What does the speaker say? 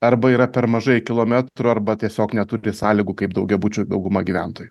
arba yra per mažai kilometrų arba tiesiog neturi sąlygų kaip daugiabučių dauguma gyventojų